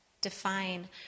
define